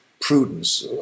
prudence